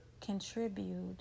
contribute